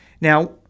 Now